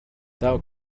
thou